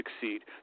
succeed